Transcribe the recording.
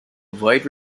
avoid